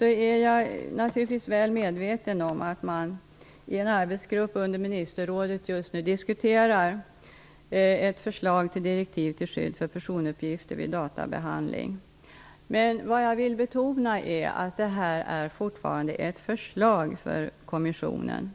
är jag naturligtvis väl medveten om att man i en arbetsgrupp under ministerrådet just nu diskuterar ett förslag till direktiv till skydd för personuppgifter vid databehandling. Men jag vill betona att detta fortfarande är ett förslag till kommissionen.